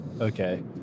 okay